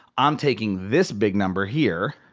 i'm taking this big number here,